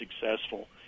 successful